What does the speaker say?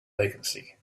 vacancy